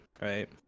right